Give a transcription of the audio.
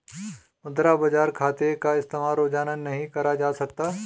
मुद्रा बाजार खाते का इस्तेमाल रोज़ाना नहीं करा जा सकता